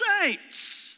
saints